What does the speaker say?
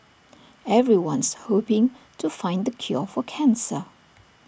everyone's hoping to find the cure for cancer